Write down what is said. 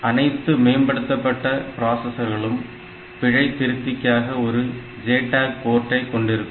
அனைத்து மேம்பட்ட பிராசஸர்களும் பிழை திருத்தத்திற்காக ஒரு JTAG போர்ட்டை கொண்டிருக்கும்